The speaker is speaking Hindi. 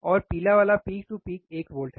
और पीला वाला पीक टू पीक 1 वोल्ट है